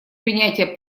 принятия